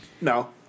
No